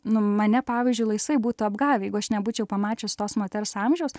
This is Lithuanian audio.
nu mane pavyzdžiui laisvai būtų apgavę jeigu aš nebūčiau pamačius tos moters amžiaus